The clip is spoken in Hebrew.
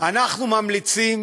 אנחנו ממליצים